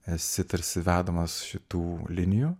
esi tarsi vedamas šitų linijų